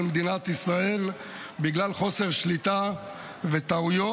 מדינת ישראל בגלל חוסר שליטה וטעויות.